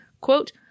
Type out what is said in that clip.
quote